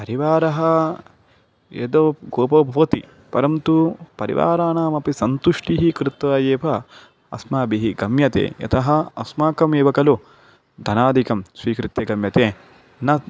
परिवारः यदा कोपो भवति परन्तु परिवाराणामपि सन्तुष्टिः कृत्वा एव अस्माभिः गम्यते यतः अस्माकम् एव खलु धनादिकं स्वीकृत्य गम्यते न